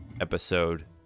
Episode